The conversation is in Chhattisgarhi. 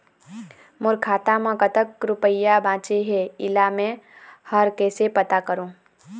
मोर खाता म कतक रुपया बांचे हे, इला मैं हर कैसे पता करों?